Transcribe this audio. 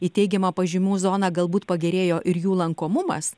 į teigiamą pažymių zoną galbūt pagerėjo ir jų lankomumas